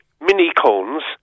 mini-cones